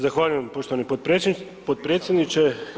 Zahvaljujem poštovani potpredsjedniče.